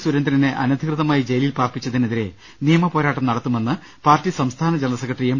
സുരേ ന്ദ്രനെ അനധികൃതമായി ജയിലിൽ പാർപ്പിച്ചതിനെതിരെ നിയമപോരാട്ടം നടത്തു മെന്ന് പാർട്ടി സംസ്ഥാന ജനറൽ സെക്രട്ടറി എം